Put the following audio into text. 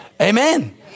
Amen